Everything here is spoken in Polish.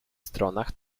stronach